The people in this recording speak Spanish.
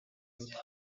otra